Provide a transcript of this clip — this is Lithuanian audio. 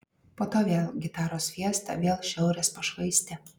po to vėl gitaros fiesta vėl šiaurės pašvaistė